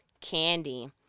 candy